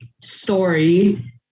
story